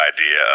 idea